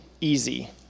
easy